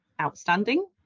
outstanding